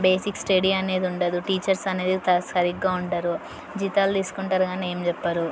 basic study అనేది ఉండదు teachers అనేది త సరిగ్గా ఉండరు జీతాలు తీసుకుంటారు కానీ ఏమి చెప్పరు